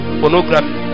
pornography